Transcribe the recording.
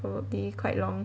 will be quite long